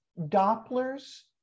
Doppler's